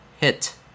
HIT